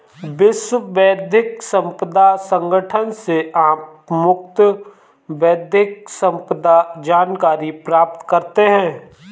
विश्व बौद्धिक संपदा संगठन से आप मुफ्त बौद्धिक संपदा जानकारी प्राप्त करते हैं